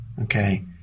Okay